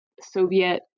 Soviet